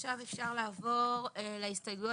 עכשיו אפשר לעבור להסתייגויות